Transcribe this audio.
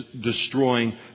destroying